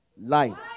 life